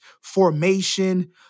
formation